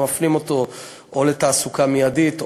ומפנים אותו או לתעסוקה מיידית,